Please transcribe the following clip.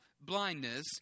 blindness